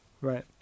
Right